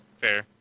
fair